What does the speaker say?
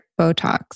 Botox